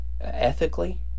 ethically